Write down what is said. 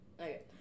Okay